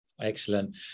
Excellent